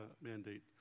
mandate